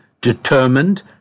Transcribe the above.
determined